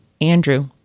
Andrew